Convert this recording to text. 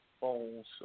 phones